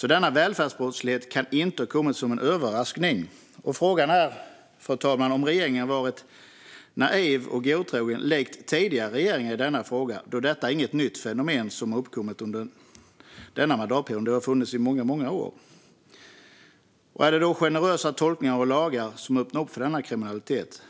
Denna välfärdsbrottslighet kan alltså inte ha kommit som en överraskning. Frågan är, fru talman, om regeringen varit naiv och godtrogen likt tidigare regeringar i denna fråga, då detta inte är något nytt fenomen som har uppkommit under denna mandatperiod utan har funnits i många år. Är det då generösa tolkningar av lagar som har öppnat för denna kriminalitet?